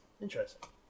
Interesting